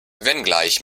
wenngleich